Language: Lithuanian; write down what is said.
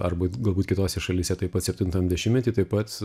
arba galbūt kitose šalyse taip pat septintam dešimtmety tai pats